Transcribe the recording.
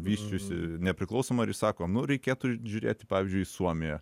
vysčiusi nepriklausoma ir jis sako nu reikėtų žiūrėti pavyzdžiui į suomiją